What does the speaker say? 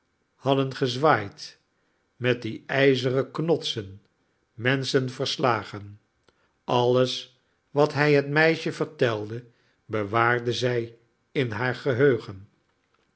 hadden gezwaaid met die ijzeren knodsen menschen verslagen alles wat hij het meisje vertelde bewaarde zij in haar geheugen